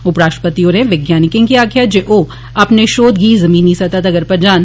उपराष्ट्रपति होरे वैज्ञानिकें गी आक्खेआ जे ओ अपने शौधे गी जिमनी स्तह तक्कर पजान